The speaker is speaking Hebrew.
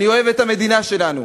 אני אוהב את המדינה שלנו